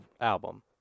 album